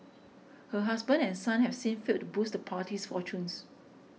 her husband and son have since failed to boost the party's fortunes